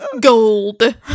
Gold